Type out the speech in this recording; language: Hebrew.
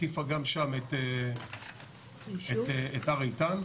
הקיפה גם שם את הר איתן.